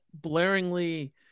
blaringly